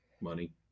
Money